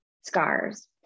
scars